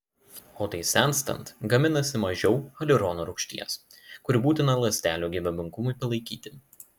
odai senstant gaminasi mažiau hialurono rūgšties kuri būtina ląstelių gyvybingumui palaikyti